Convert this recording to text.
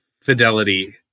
fidelity